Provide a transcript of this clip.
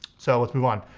so let's move on.